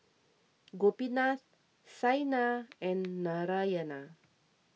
Gopinath Saina and Narayana